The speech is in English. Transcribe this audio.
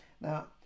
now